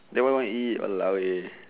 then what you want to eat !walao! eh